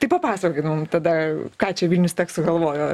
tai papasakokit mum tada ką čia vilnius tech sugalvojo apie tuos nematomus